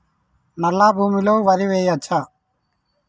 నల్లా భూమి లో వరి వేయచ్చా?